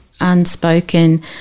unspoken